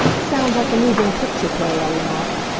sounds like a moving picture play, i remarked.